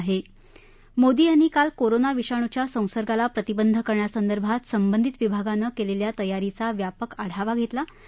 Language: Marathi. काल मोदी यांनी कोरोना विषाणुच्या संसर्गाला प्रतिबंध करण्यासंदर्भात संबंधित विभागानं केलेल्या तयारीचा व्यापक आढावा घत्तिा